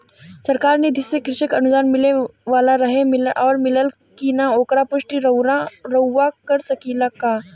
सरकार निधि से कृषक अनुदान मिले वाला रहे और मिलल कि ना ओकर पुष्टि रउवा कर सकी ला का?